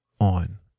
on